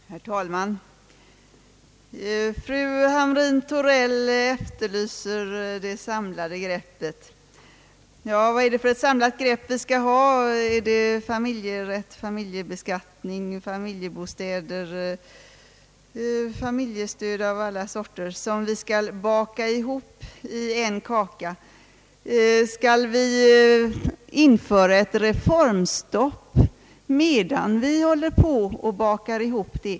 Herr talman! Fru Hamrin-Thorell efterlyser »det samlade greppet». Ja, vad är det för ett samlat grepp vi skall ha? är det familjerätt, familjebeskattning, familjebostäder och familjestöd av alla sorter som vi skall baka ibop i en kaka? Skall vi införa ett reformstopp medan allt detta bakas ihop?